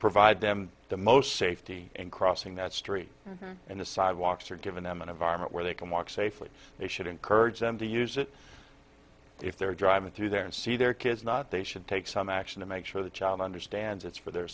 provide them the most safety and crossing that street and the sidewalks are giving them an environment where they can walk safely they should encourage them to use it if they're driving through there and see their kids not they should take some action to make sure the child understands it's for their